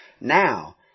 now